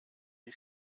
die